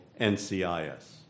NCIS